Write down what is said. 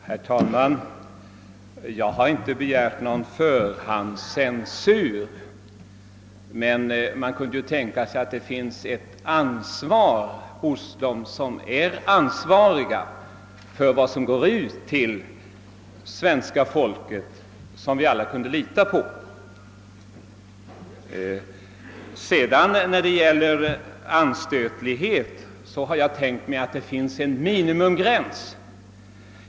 Herr talman! Jag har inte begärt någon förhandscensur, men man kunde väl tänka sig att det fanns ett ansvar hos dem som står för de program som går ut till svenska folket, så att vi alla kunde lita på dem. Jag har tänkt mig att det finns en minimigräns för anstötligheten.